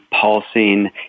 pulsing